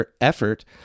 effort